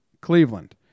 Cleveland